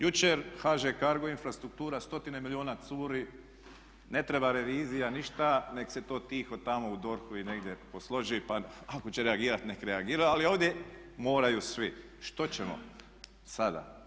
Jučer HŽ CARGO Infrastruktura, stotine milijuna curi, ne treba revizija ništa, neka se to tiho tamo u DORH-u i negdje posloži pa ako će reagirati neka reagira ali ovdje moraju svi, što ćemo sada.